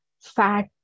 fat